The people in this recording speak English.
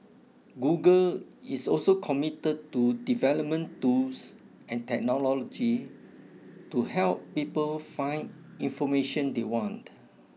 Google is also committed to development tools and technology to help people find information they want